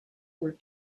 were